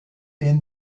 est